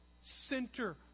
center